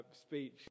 speech